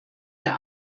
der